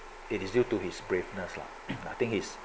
it is due to his braveness lah I think his